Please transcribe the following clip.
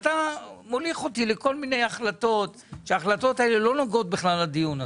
אתה מוליך אותי לכל מיני החלטות שלא נוגעות לדיון הזה.